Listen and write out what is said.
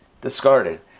discarded